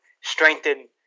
strengthen